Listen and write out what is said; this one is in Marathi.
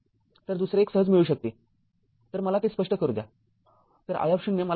तर दुसरे १ सहज मिळू शकतेतर मला ते स्पष्ट करू द्या